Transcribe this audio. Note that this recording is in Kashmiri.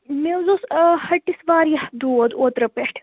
مےٚ حظ اوس ہیٚٹِس واریاہ دود اوترٕ پیٚٹھ